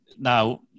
Now